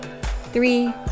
three